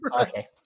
Okay